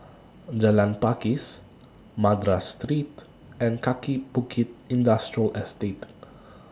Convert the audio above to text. Jalan Pakis Madras Street and Kaki Bukit Industrial Estate